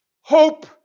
Hope